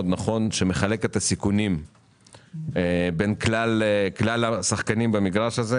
נכון שמחלק את הסיכונים בין כלל השחקנים במגרש הזה